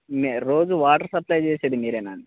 మీ రోజు water supply చేసేది మీరేనా